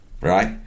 right